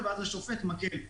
ואז השופט מקל.